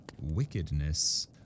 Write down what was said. Wickedness